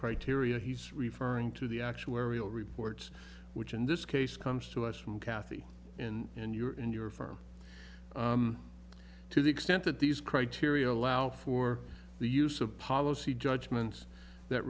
criteria he's referring to the actuarial reports which in this case comes to us from kathy in your in your firm to the extent that these criteria allow for the use of policy judgments that